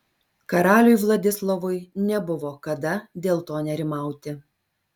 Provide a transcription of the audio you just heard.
karaliui vladislovui nebuvo kada dėl to nerimauti